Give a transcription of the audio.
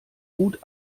gut